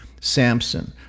Samson